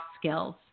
skills